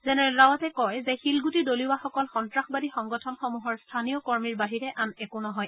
general ৰাৱাটে কয় যে শিলণ্ডটি দলিওৱাসকল সন্তাসবাদী সংগঠন সমূহৰ স্থানীয় কৰ্মীৰ বাহিৰে আন একো নহয়